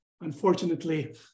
Unfortunately